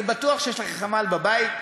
אני בטוח שיש לכם חמ"ל בבית,